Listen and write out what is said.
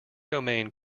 domain